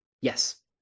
Yes